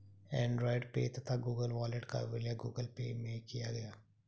Android Pay तथा Google Wallet का विलय गूगल पे में किया गया